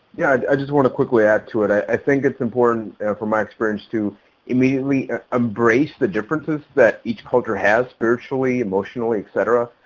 yeah, i just want to quickly add to it. i think it's important for my experience to immediately embraced the differences that each culture has virtually, emotionally, etc,